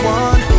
one